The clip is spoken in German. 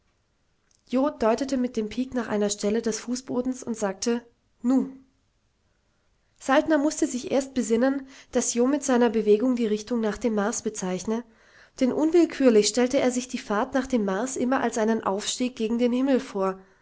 deutete mit dem pik nach einer stelle des fußbodens und sagte nu saltner mußte sich erst besinnen daß jo mit seiner bewegung die richtung nach dem mars bezeichne denn unwillkürlich stellte er sich die fahrt nach dem mars immer als einen aufstieg gegen den himmel vor